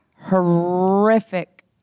horrific